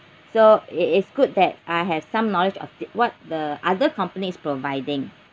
so it is good that I have some knowledge of the what the other company is providing